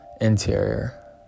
interior